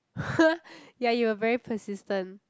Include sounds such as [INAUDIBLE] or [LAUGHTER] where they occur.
[LAUGHS] ya you were very persistent